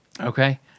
Okay